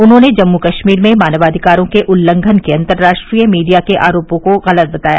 उन्होंने जम्मू कश्मीर में मानवाधिकारों के उल्लंघन के अंतर्राष्ट्रीय मीडिया के आरोपों को गलत बताया